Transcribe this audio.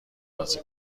بازی